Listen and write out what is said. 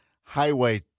Highway